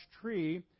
tree